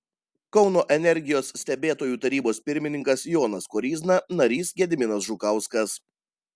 kauno energijos stebėtojų tarybos pirmininkas jonas koryzna narys gediminas žukauskas